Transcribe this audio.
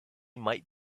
might